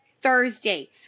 thursday